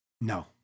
No